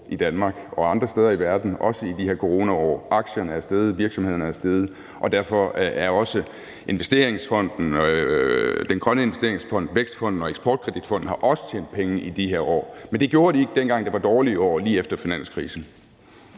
i Danmark og andre steder i verden, og også i de her coronaår. Aktierne er steget, virksomhedernes værdi er steget. Derfor har også Vækstfonden, den grønne investeringsfond og Eksport Kredit Fonden tjent penge i de her år, men det gjorde de ikke lige efter finanskrisen,